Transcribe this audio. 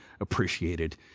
appreciated